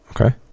Okay